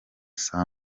saa